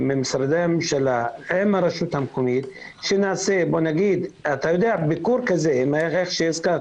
ומשרדי הממשלה עם הרשות המקומית שנעשה ביקור כמו שהזכרת,